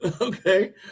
Okay